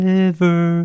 River